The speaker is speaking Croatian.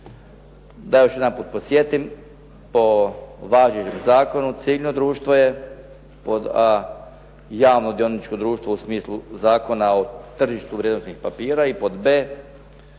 Da još jedanput podsjetim po važećem zakonu civilno društvo je pod a) javno dioničko društvo u smislu Zakona o tržištu vrijednosnih papira i pod b)